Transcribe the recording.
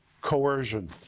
coercion